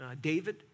David